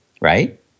right